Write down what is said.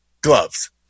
gloves